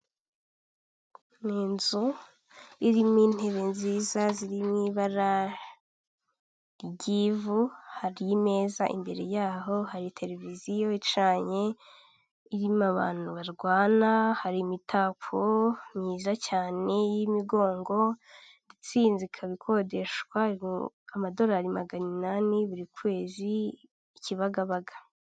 Ni inzu irimo intebe nziza ziri mu ibara ry'ivu hari imeza imbere yaho hari tereviziyo icanye irimo abantu barwana, hari imitako myiza cyane y'imigongo ndetse iyi nzu ikaba ikodeshwa amadorari magana inani buri kwezi i Kibagabaga.